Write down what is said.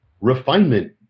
refinement